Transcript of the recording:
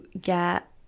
get